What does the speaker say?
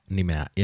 nimeä